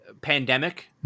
pandemic